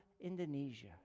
Indonesia